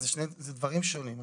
אלה דברים שונים.